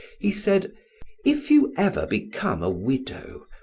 he said if you ever become a widow,